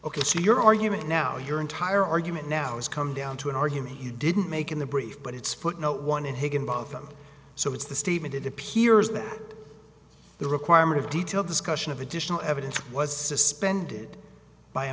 ok so your argument now your entire argument now has come down to an argument you didn't make in the brief but it's footnote one in higginbotham so it's the statement it appears that the requirement of detailed discussion of additional evidence was suspended by a